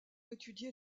étudier